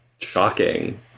shocking